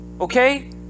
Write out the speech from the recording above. Okay